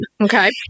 Okay